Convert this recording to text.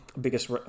biggest